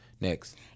Next